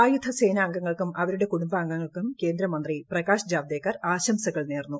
സായുധ സേനാംഗങ്ങൾക്കും അവരുടെ കുടുംബാംഗങ്ങൾക്കും കേന്ദ്രമന്ത്രി പ്രകാശ് ജാവ്ദേക്കർ ആശംസകൾ നേർന്നു